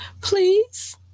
please